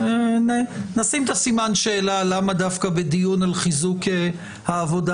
נשים את סימן השאלה למה דווקא בדיון על חיזוק העבודה